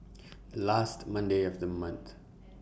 last Monday of The month